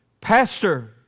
Pastor